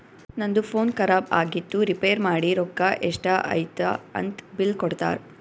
ನಂದು ಫೋನ್ ಖರಾಬ್ ಆಗಿತ್ತು ರಿಪೇರ್ ಮಾಡಿ ರೊಕ್ಕಾ ಎಷ್ಟ ಐಯ್ತ ಅಂತ್ ಬಿಲ್ ಕೊಡ್ತಾರ್